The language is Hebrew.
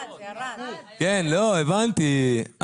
הבנתי,